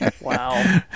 Wow